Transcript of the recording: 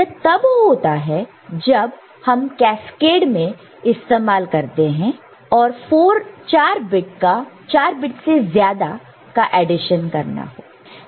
यह तब होता है जब हमें कैस्केड में इस्तेमाल करना हो तो और 4 बिट से ज्यादा का एडिशन करना हो